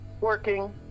Working